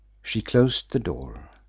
she closed the door.